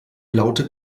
lautet